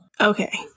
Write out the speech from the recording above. Okay